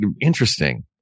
interesting